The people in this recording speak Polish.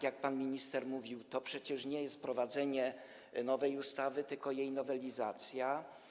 Jak pan minister mówił, to nie jest wprowadzenie nowej ustawy tylko jej nowelizacja.